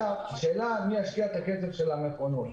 השאלה מי ישקיע את הכסף של המכונות.